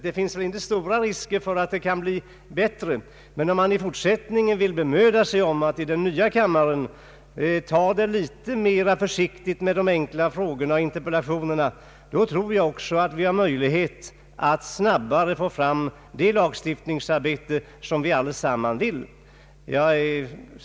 Det finns inte stora chanser att det kan bli bättre i detta avseende, men om man i fortsättningen vill bemöda sig att i den nya kammaren vara litet mer försiktig med de enkla frågorna och interpellationerna, tror jag att vi har möjligheter att snabbare få fram det lagstiftningsarbete som vi allesamman önskar.